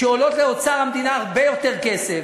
שעולות לאוצר המדינה הרבה יותר כסף,